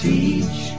Teach